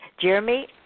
Jeremy